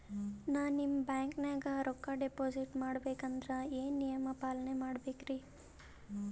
ನಾನು ನಿಮ್ಮ ಬ್ಯಾಂಕನಾಗ ರೊಕ್ಕಾ ಡಿಪಾಜಿಟ್ ಮಾಡ ಬೇಕಂದ್ರ ಏನೇನು ನಿಯಮ ಪಾಲನೇ ಮಾಡ್ಬೇಕ್ರಿ?